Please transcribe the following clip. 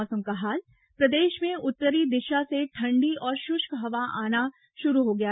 मौसम प्रदेश में उत्तरी दिशा से ठंडी और शुष्क हवा आना शुरू हो गई